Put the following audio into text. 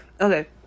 okay